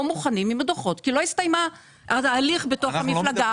מוכנים עם הדוחות כי לא הסתיים ההליך בתוך המפלגה.